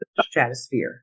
stratosphere